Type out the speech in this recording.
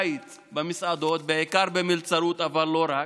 בקיץ במסעדות, בעיקר במלצרות, אבל לא רק,